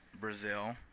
Brazil